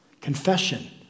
Confession